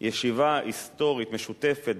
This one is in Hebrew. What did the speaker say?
ישיבה היסטורית משותפת,